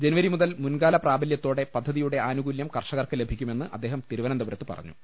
ജനുവരി മുതൽ മുൻകാല പ്രാബലൃ ത്തോടെ പദ്ധതിയുടെ ആനുകൂല്യം കർഷകർക്ക് ലഭിക്കുമെന്ന് അദ്ദേഹം തിരുവനന്തപുരത്ത് പറഞ്ഞു